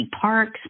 parks